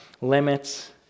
limits